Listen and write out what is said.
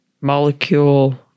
molecule